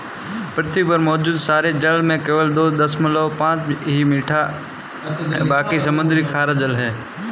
पृथ्वी पर मौजूद सारे जल में केवल दो दशमलव पांच ही मीठा है बाकी समुद्री खारा जल है